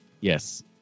Yes